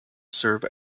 serve